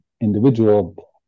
individual